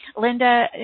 Linda